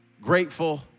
grateful